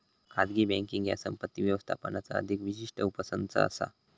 खाजगी बँकींग ह्या संपत्ती व्यवस्थापनाचा अधिक विशिष्ट उपसंच असा